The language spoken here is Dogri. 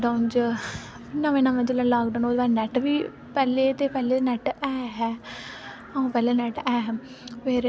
ते ओह् कदें कदें ओह् बोलदी की कदें कदें हून उन्ने नमीं रेसिपी सिक्खी ऐ आलू आह्ली चटनी